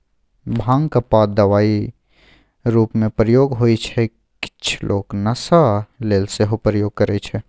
भांगक पात दबाइ रुपमे प्रयोग होइ छै किछ लोक नशा लेल सेहो प्रयोग करय छै